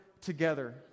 together